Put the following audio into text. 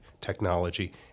technology